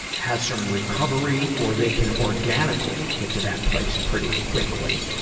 has some recovery or they can organically get to that place pretty quickly,